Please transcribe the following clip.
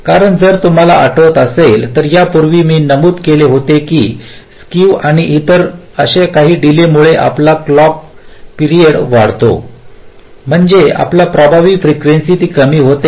कारण जर तुम्हाला आठवत असेल तर यापूर्वी मी नमूद केले होते की स्केव आणि इतर अशा डीलेमुळे आपला क्लॉकचा पिरियड वाढतो म्हणजे आपली प्रभावी फ्रीकेंसीता कमी होते